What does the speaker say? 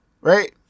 right